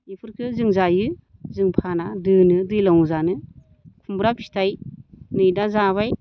बेफोरखो जों जायो जों फाना दोनो दैलाङाव जानो खुमब्रा फिथाइ नै दा जाबाय